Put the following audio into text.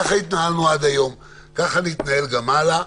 ככה התנהלנו עד היום, ככה נתנהל גם הלאה.